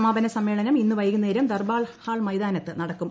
സമാപന സമ്മേളനം ഇന്ന് വൈകുന്നേരം ദർബാർ ഹാൾ മൈതാനത്ത് നടക്കും